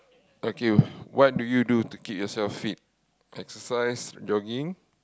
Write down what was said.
okay what do you do to keep yourself fit exercise jogging